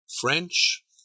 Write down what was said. French